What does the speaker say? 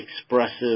expressive